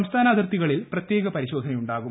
സംസ്ഥാന അതിർത്തികളിൽ പ്രത്യേക പരിശോധനയുണ്ടാകും